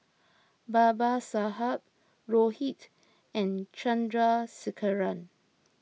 Babasaheb Rohit and Chandrasekaran